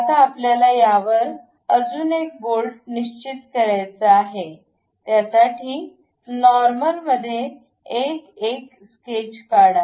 आता आपल्याला यावर अजून एक बोल्ट निश्चित करायचा आहे साठी नॉर्मल मध्ये एक एक स्केच काढा